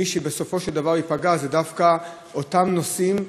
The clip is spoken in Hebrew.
ומי שבסופו של דבר ייפגע זה דווקא אותם נוסעים,